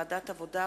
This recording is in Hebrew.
שהחזירה ועדת העבודה,